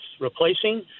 replacing